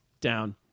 down